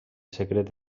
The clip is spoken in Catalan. secret